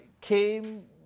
came